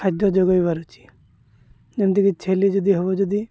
ଖାଦ୍ୟ ଯୋଗାଇ ପାରୁଛି ଯେମିତିକି ଛେଳି ଯଦି ହବ ଯଦି